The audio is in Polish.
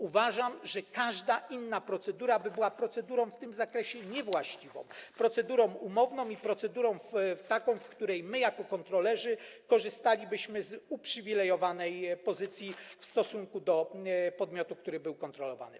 Uważam, że każda inna procedura byłaby procedurą w tym zakresie niewłaściwą, procedurą umowną i taką, w której my jako kontrolerzy korzystalibyśmy z uprzywilejowanej pozycji w stosunku do podmiotu, który był kontrolowany.